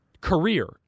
career